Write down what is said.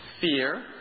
Fear